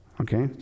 Okay